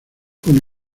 con